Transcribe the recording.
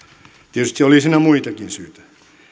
tietysti oli siinä muitakin syitä